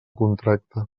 contracte